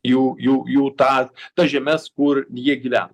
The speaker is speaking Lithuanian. jų jų jų tą tas žemes kur jie gyvena